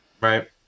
right